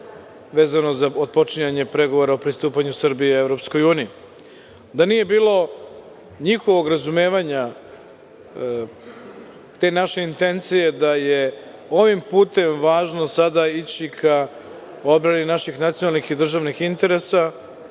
vezano za otpočinjanje pregovora o pristupanju Srbije EU. Da nije bilo njihovog razumevanja te naše intencije da je ovim putem važno sada ići ka odbrani naših nacionalnih i državnih interesa,